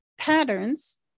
patterns